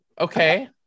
Okay